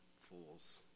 fools